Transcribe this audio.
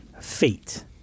Fate